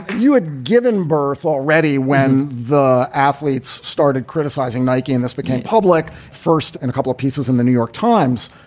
you had given birth already when the athletes started criticizing nike and this became public first. and a couple of pieces in the new york times.